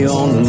on